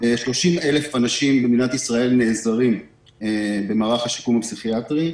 30,000 אנשים במדינת ישראל נעזרים במערך השיקום הפסיכיאטרי.